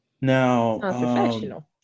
Now